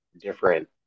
different